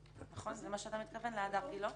לזה אתה מתכוון, ליד הר גילה?